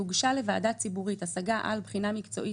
הוגשה לוועדה ציבורית השגה על בחינה מקצועית